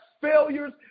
failures